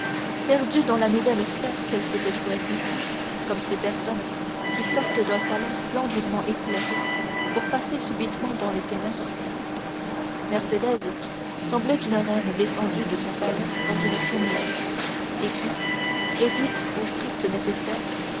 perdue dans la nouvelle sphère qu'elle s'était choisie comme ces personnes qui sortent d'un salon splendidement éclairé pour passer subitement dans les ténèbres mercédès semblait une reine descendue de son palais dans une chaumière et qui réduite au strict nécessaire